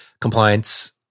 compliance